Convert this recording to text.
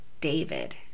David